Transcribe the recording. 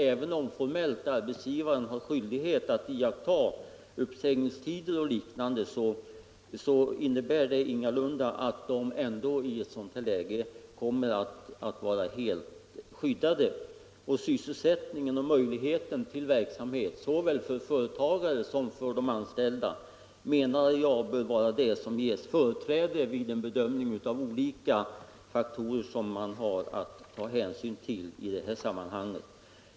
Även om arbetsgivaren formellt har skyldighet att iaktta uppsägningstider osv., är de anställda ingalunda skyddade i ett sådant läge. Sysselsättningen och möjligheterna till verksamhet för anställda och för företagare bör enligt min mening ges företräde vid bedömningen av de olika faktorer som man i detta sammanhang har att ta hänsyn till.